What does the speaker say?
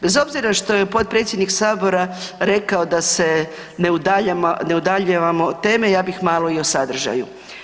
Bez obzira što je potpredsjednik Sabora rekao da se ne udaljavamo od teme, ja bih malo i o sadržaju.